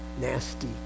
nasty